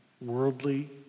worldly